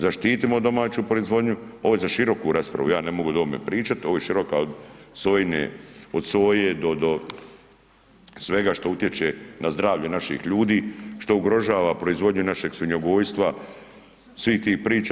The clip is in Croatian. Zaštitimo domaću proizvodnju, ovo je za široku raspravu, ja ne mogu o ovome pričati, ovo je široka, s ovim je od soje do svega što utječe na zdravlje naših ljudi, što ugrožava proizvodnju našeg svinjogojstva, svih tih priča.